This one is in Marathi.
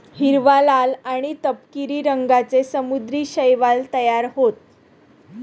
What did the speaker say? हिरवा, लाल आणि तपकिरी रंगांचे समुद्री शैवाल तयार होतं